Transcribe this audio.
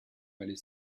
allait